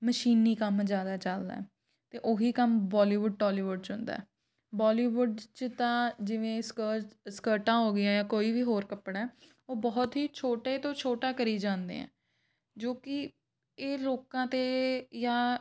ਮਸ਼ੀਨੀ ਕੰਮ ਜ਼ਿਆਦਾ ਚੱਲਦਾ ਅਤੇ ਉਹ ਹੀ ਕੰਮ ਬੋਲੀਵੁੱਡ ਟੋਲੀਵੁੱਡ 'ਚ ਹੁੰਦਾ ਬੋਲੀਵੁੱਡ 'ਚ ਤਾਂ ਜਿਵੇਂ ਸਕਸ ਸਕਰਟਾਂ ਹੋ ਗਈਆਂ ਜਾਂ ਕੋਈ ਵੀ ਹੋਰ ਕੱਪੜਾ ਹੈ ਉਹ ਬਹੁਤ ਹੀ ਛੋਟੇ ਤੋਂ ਛੋਟਾ ਕਰੀ ਜਾਂਦੇ ਆ ਜੋ ਕਿ ਇਹ ਲੋਕਾਂ 'ਤੇ ਜਾਂ